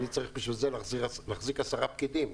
ואני צריך בשביל זה להחזיק עשרה פקידים,